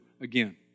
again